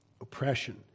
Oppression